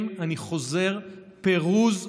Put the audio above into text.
כן, אני חוזר: פירוז עזה.